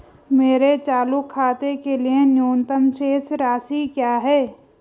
मेरे चालू खाते के लिए न्यूनतम शेष राशि क्या है?